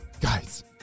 guys